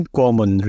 common